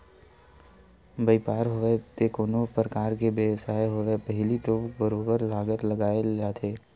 बइपार होवय ते कोनो परकार के बेवसाय होवय पहिली तो बरोबर लागत लगाए जाथे